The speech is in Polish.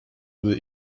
gdy